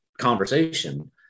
conversation